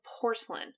porcelain